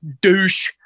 douche